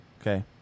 okay